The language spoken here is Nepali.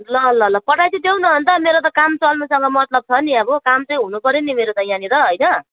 ल ल ल पठाई चाहिँ देऊ न अन्त मेरो त काम चल्नुसँग मतलब छ नि अब काम चाहिँ हुनुपऱ्यो नि मेरो त यहाँनिर होइन